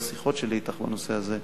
אני זוכר שיחות שלי אתך בנושא הזה,